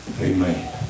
Amen